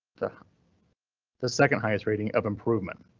the the second highest rating of improvement.